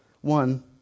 one